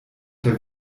der